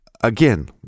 again